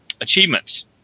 achievements